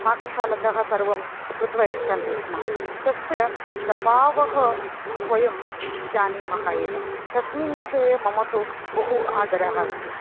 पाकशालातः सर्वं कृत्वा यच्छन्ति स्म तस्य प्रभावः वयं जानीमः एव तस्मिन् विषये मम तु बहु आदरः अस्ति